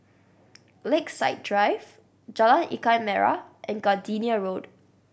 Lakeside Drive Jalan Ikan Merah and Gardenia Road